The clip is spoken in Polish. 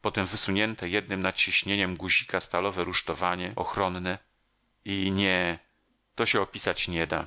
potem wysunięte jednem naciśnieniem guzika stalowe rusztowanie ochronne i nie to się opisać nie da